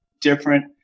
different